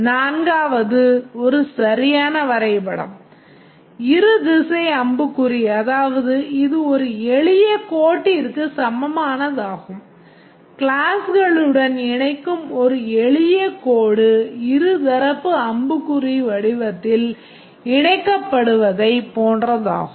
நான்காவது ஒரு சரியான வரைபடம் இருதிசை அம்புக்குறி அதாவது இது ஒரு எளிய கோட்டிற்கு சமமானதாகும் கிளாஸ்களுடன் இணைக்கும் ஒரு எளிய கோடு இருதரப்பு அம்புக்குறி வடிவத்தில் இணைக்கப்படுவதைப் போன்றதாகும்